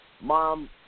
mom